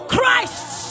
Christ